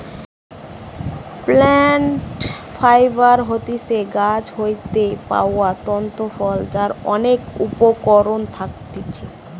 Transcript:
plant fibre হতিছে গাছ হইতে পাওয়া তন্তু ফল যার অনেক উপকরণ থাকতিছে